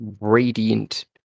radiant